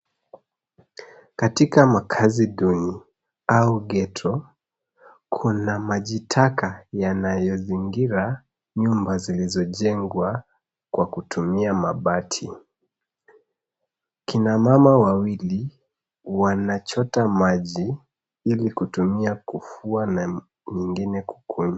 Katika makazi duni au ghetto kuna maji taka yanayozingira nyumba zilizojengwa kwa kutumia mabati , kina mama wawili wanachota maji ili kutumia kufua na nyingine kukunywa.